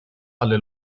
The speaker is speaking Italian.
alle